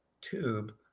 tube